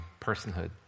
personhood